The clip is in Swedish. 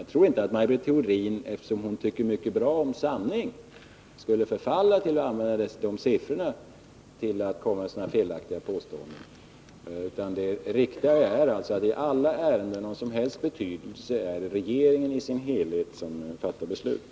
Jag tror inte att Maj Britt Theorin, som ju tycker mycket bra om sanningen, skulle förfalla till att använda dessa siffror för att göra felaktiga påståenden. Det riktiga förhållandet är alltså att det i alla ärenden av någon som helst betydelse är regeringen i sin helhet som fattar besluten.